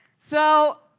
so,